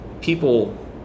people